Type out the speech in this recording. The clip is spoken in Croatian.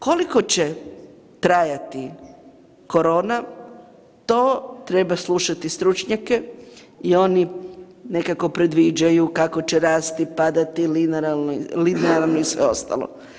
Koliko će trajati korona, to treba slušati stručnjake i oni nekako predviđaju kako će rasti, padati, linearno i sve ostalo.